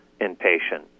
inpatient